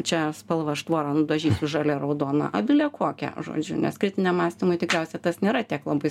čia spalva aš tvorą nudažysiu žalia raudona a bile kokia žodžiu nes kritiniam mąstymui tikriausiai tas nėra tiek labai